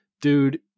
dude